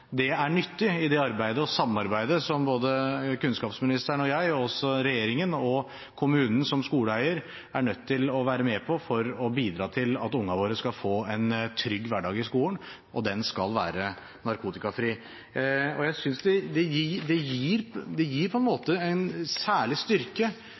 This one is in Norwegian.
Det er nyttig i det arbeidet og samarbeidet som både kunnskapsministeren og jeg og også regjeringen og kommunen, som skoleeier, er nødt til å være med på for å bidra til at ungene våre skal få en trygg hverdag i skolen, og den skal være